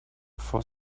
for